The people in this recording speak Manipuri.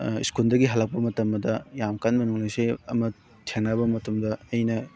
ꯁ꯭ꯀꯨꯜꯗꯒꯤ ꯍꯜꯂꯛꯄ ꯃꯇꯝꯗꯨꯗ ꯌꯥꯝ ꯀꯟꯕ ꯅꯣꯡꯂꯩ ꯅꯨꯡꯁꯤꯠ ꯑꯃ ꯊꯦꯡꯅꯕ ꯃꯇꯝꯗ ꯑꯩꯅ